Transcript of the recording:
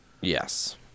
Yes